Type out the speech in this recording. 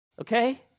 Okay